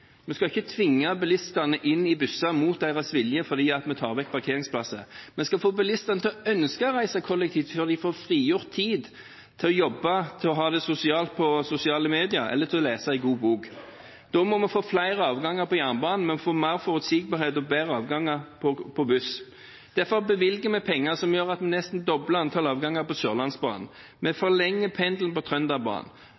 Vi skal ikke tvinge bilistene inn i busser mot deres vilje fordi vi tar vekk parkeringsplasser. Vi skal få bilistene til å ønske å reise kollektivt, for da får de frigjort tid til å jobbe, til å ha det sosialt på sosiale medier eller til å lese en god bok. Da må vi få flere togavganger. Vi må få mer forutsigbarhet og flere bussavganger. Derfor bevilger vi penger, som gjør at vi nesten dobler antall avganger på Sørlandsbanen. Vi forlenger pendelen på Trønderbanen. Sammen med